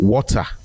Water